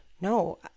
no